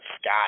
sky